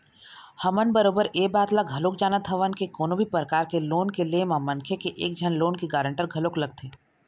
हमन बरोबर ऐ बात ल घलोक जानत हवन के कोनो भी परकार के लोन के ले म मनखे के एक झन लोन के गारंटर घलोक लगथे